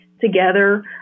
together